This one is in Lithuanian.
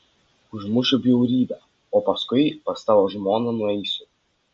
užmušiu bjaurybę o paskui pas tavo žmoną nueisiu